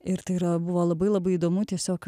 ir tai yra buvo labai labai įdomu tiesiog